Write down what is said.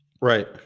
Right